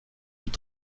und